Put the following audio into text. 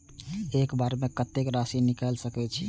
एक बार में कतेक राशि निकाल सकेछी?